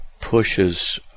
pushes